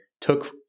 took